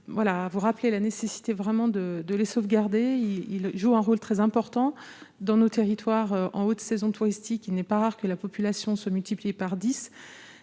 est vraiment nécessaire de les sauvegarder, car ils jouent un rôle très important dans nos territoires. En haute saison touristique, il n'est pas rare que la population y soit multipliée par dix.